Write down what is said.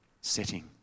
setting